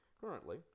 Currently